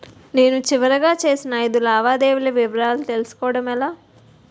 నేను చివరిగా చేసిన ఐదు లావాదేవీల వివరాలు తెలుసుకోవటం ఎలా?